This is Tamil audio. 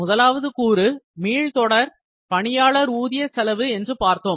முதலாவது கூறு மீள் தொடர் பணியாளர் ஊதிய செலவு என்று பார்த்தோம்